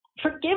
Forgive